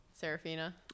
Serafina